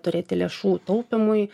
turėti lėšų taupymui